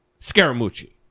Scaramucci